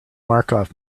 markov